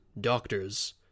doctors